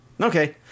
Okay